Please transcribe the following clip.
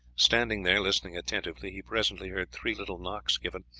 standing there listening attentively, he presently heard three little knocks given,